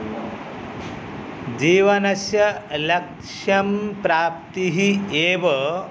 जीवनस्य लक्ष्यं प्राप्तिः एव